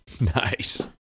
Nice